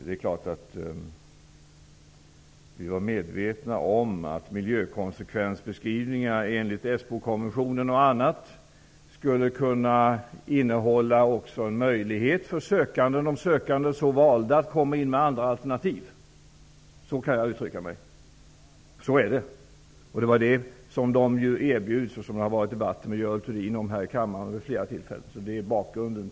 Det är klart att vi var medvetna om att miljökonsekvensbeskrivningar enligt Esbokonventionen också skulle kunna innebära en möjlighet för sökanden att komma med andra alternativ, om man så ville. Så kan jag uttrycka mig. Så är det. Detta erbjöds dem. Det har vid flera tillfällen här i kammaren varit debatt med Görel Thurdin om detta. Det är bakgrunden.